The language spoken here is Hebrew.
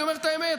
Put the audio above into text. אני אומר את האמת,